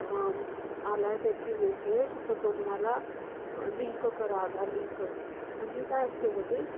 आला आहे काहीतरी मेसेज तर तो म्हणाला लिंक करा आधार लिंक म्हणजे काय असतं आहे ग ते